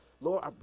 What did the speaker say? Lord